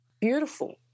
beautiful